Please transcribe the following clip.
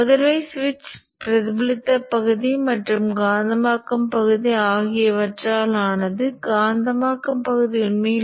இந்த அறியப்பட்ட Lm என்பது மின்மாற்றியின் வடிவமைப்பிலிருந்து அறியப்படுகிறது இந்த மதிப்பை மதிப்பிடலாம்